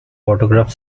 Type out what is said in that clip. autograph